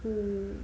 who